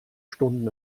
stunden